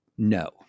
No